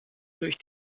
durch